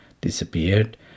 disappeared